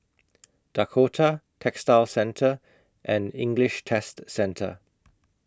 Dakota Textile Centre and English Test Centre